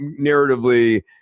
narratively